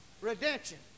redemption